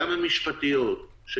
גם המשפטיות,